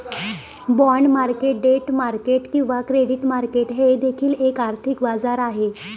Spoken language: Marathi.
बाँड मार्केट डेट मार्केट किंवा क्रेडिट मार्केट हे देखील एक आर्थिक बाजार आहे